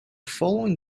following